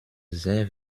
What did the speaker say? sehr